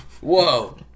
Whoa